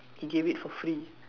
he gave it for free